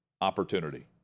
opportunity